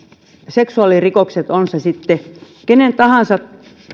seksuaalirikokset ovat ne sitten kenen tahansa